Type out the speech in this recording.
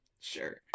Sure